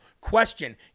question